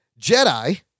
Jedi